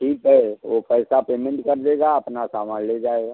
ठीक है वो पैसा पेमेंट कर देगा अपना सामान ले जाएगा